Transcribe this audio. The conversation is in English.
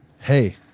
Hey